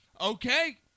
okay